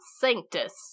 Sanctus